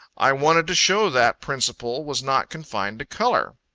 i wanted to show that principle was not confined to color.